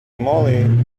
moly